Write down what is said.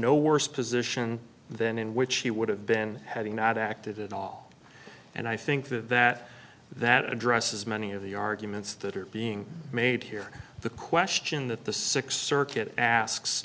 no worse position than in which he would have been had he not acted at all and i think that that that addresses many of the arguments that are being made here the question that the sixth circuit asks